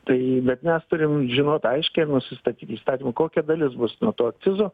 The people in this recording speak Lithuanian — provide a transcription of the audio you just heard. tai bet mes turim žinot aiškiai ir nusistatyt įstatymu kokia dalis bus nuo to akcizo